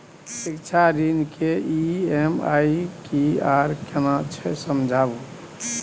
शिक्षा ऋण के ई.एम.आई की आर केना छै समझाबू?